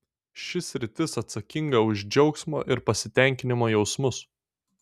ši sritis atsakinga už džiaugsmo ir pasitenkinimo jausmus